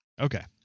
Okay